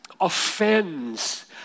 offends